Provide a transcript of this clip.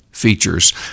features